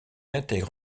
intègre